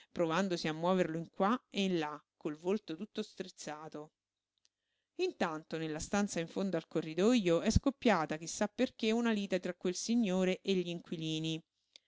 provandosi a muoverlo in qua e in là col volto tutto strizzato intanto nella stanza in fondo al corridojo è scoppiata chi sa perché una lite tra quel signore e gl'inquilini il